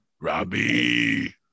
Robbie